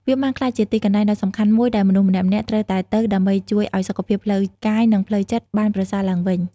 វាបានក្លាយជាទីកន្លែងដ៏សំខាន់មួយដែលមនុស្សម្នាក់ៗត្រូវតែទៅដើម្បីជួយឱ្យសុខភាពផ្លូវកាយ និងផ្លូវចិត្តបានប្រសើរឡើងវិញ។